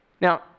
Now